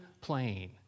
plane